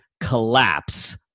collapse